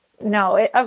No